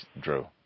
Drew